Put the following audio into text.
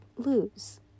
lose